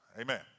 Amen